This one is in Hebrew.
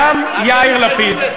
גם יאיר לפיד,